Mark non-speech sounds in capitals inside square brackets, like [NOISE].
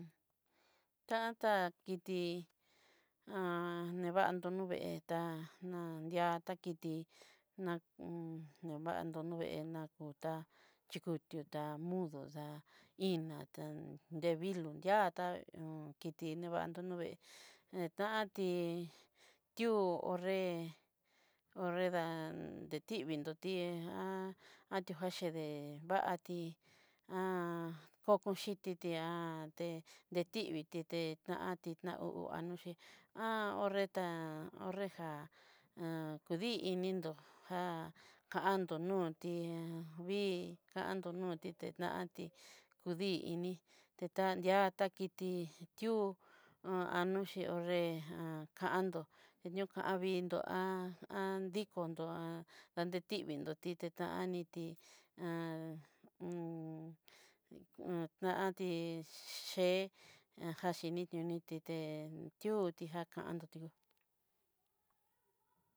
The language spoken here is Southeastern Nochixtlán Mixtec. Tantá kiti [HESITATION] nevantó'o nuvee tá nadia ta kiti na nevando nudé'e, takutá tikotuó ta mudó dá ina de vilu dia'a tá [HESITATION] ti niuvando nuvee, netantí tu ho'nree ho'nre dán te tivi'o te [HESITATION] tiojaxhedé hovatí [HESITATION] [HESITATION] kokoxhiti [HESITATION] detivi dé tanti aduche [HESITATION] 'nre tá ho'n re jan kudí ini já kandunotí vii kandonotí té kandí kudí ini tekandia ta kiti tió anoxhí ho'nre jan kandó ñokanvitó [HESITATION] [HESITATION] kondó [HESITATION] tivinodi tí tetannití [HESITATION] [HESITATION] netantí xhee ajaxhi niotite tuoti ajantio ti'ó.